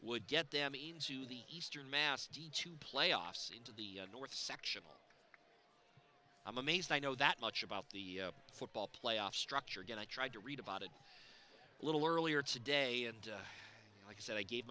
would get them into the eastern mass d two playoffs into the north section i'm amazed i know that much about the football playoff structure again i tried to read about it a little earlier today and like i said i gave